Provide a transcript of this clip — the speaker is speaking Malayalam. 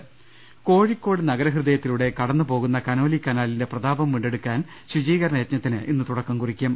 അഭിട്ട്ട്ടിട്ടുള് കോഴിക്കോട് നഗരഹൃദയത്തിലൂടെ കടന്നുപോകുന്ന കനോലി കനാ ലിന്റെ പ്രതാപം വീണ്ടെടുക്കാൻ ശുചീകരണ യജ്ഞത്തിന് ഇന്ന് തുടക്കം കുറിക്കും